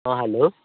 ହଁ ହାଲୋ